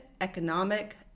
economic